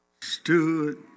stood